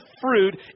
fruit